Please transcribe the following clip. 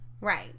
Right